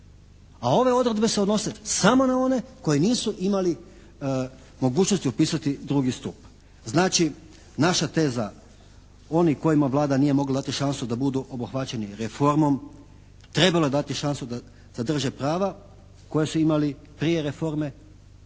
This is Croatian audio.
a ove odredbe se odnose samo na one koji nisu imali mogućnosti upisati drugi stup. Znači naša teza oni kojima Vlada nije mogla dati šansu da budu obuhvaćeni reformom trebala je dati šansu da zadrže prava koja su imali prije reforme